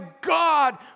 God